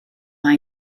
mae